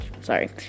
sorry